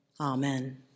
Amen